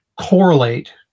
correlate